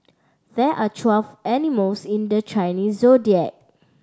there are twelve animals in the Chinese Zodiac